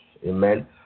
Amen